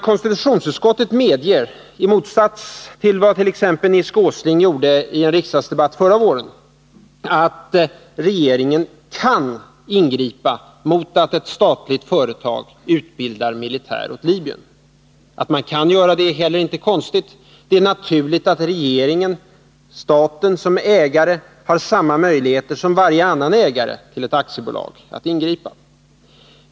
Konstitutionsutskottet medger —i motsats till vadt.ex. Nils G. Åsling gjorde i en riksdagsdebatt förra våren — att regeringen kan ingripa mot att ett statligt företag utbildar militär åt Libyen. Att man kan göra det är heller inte konstigt. Det är naturligt att regeringen — eftersom staten är ägare —-har samma möjligheter som varje annan ägare till ett aktiebolag att ingripa.